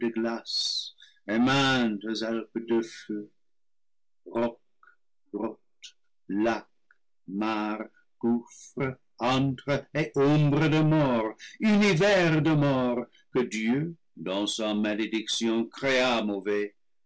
mort univers de mort que dieu dans sa malédiction créa mauvais